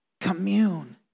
Commune